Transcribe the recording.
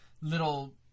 little